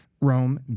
Rome